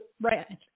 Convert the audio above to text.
right